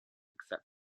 except